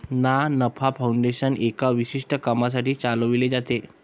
ना नफा फाउंडेशन एका विशिष्ट कामासाठी चालविले जाते